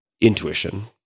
intuition